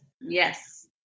Yes